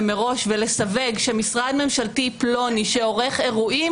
מראש ולסווג שמשרד ממשלתי פלוני שעורך אירועים,